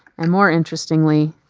and more interestingly,